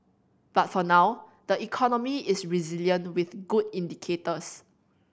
but for now the economy is resilient with good indicators